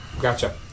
Gotcha